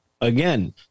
again